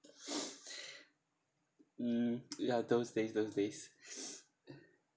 mm ya those days those days